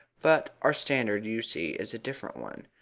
but our standard, you see, is a different one.